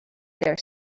there